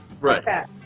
Right